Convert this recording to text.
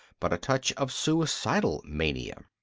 but a touch of suicidal mania.